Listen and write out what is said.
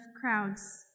crowds